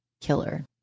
killer